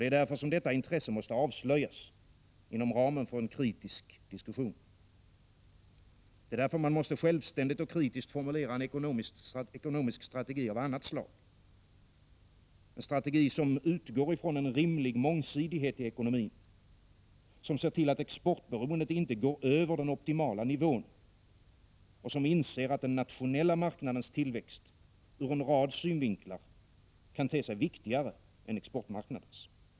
Det är därför som detta intresse måste avslöjas, inom ramen för en kritisk diskussion. Det är därför man måste självständigt och kritiskt formulera en ekonomisk strategi av annat slag: en strategi som utgår ifrån en rimlig mångsidighet i ekonomin, som ser till att exportberoendet inte går utöver den optimala nivån och som inser att den nationella marknadens tillväxt ur en rad synvinklar kan te sig viktigare än exportmarknadens.